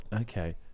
Okay